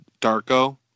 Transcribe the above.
Darko